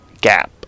gap